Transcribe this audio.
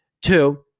two